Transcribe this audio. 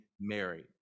Mary